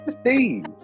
Steve